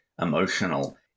emotional